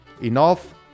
enough